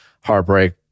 Heartbreak